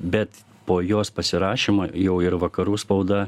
bet po jos pasirašymo jau ir vakarų spauda